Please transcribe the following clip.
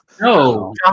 No